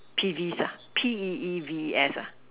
peeves ah P E E V E S ah